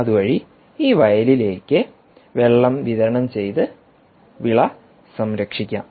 അതുവഴി ഈ വയലിലേക്ക് വെള്ളം വിതരണം ചെയ്ത് വിള സംരക്ഷിക്കാം